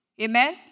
Amen